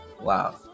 wow